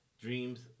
Dreams